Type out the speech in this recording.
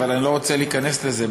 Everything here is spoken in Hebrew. אבל אני לא רוצה להיכנס לזה,